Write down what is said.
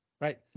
Right